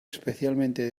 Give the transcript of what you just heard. especialmente